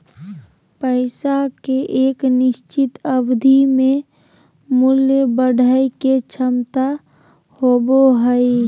पैसा के एक निश्चित अवधि में मूल्य बढ़य के क्षमता होबो हइ